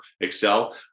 excel